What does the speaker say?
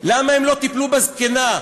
למה הם לא טיפלו בזקנה.